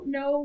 no